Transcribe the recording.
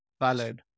Valid